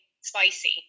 spicy